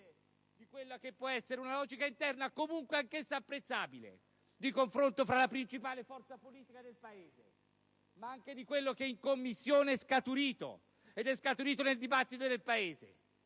di quella che può essere una logica interna, comunque anch'essa apprezzabile, di confronto nella principale forza politica del Paese, ma anche di quello che è scaturito in Commissione e nel dibattito del Paese.